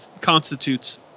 constitutes